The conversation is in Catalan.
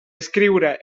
escriure